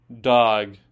dog